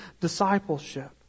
discipleship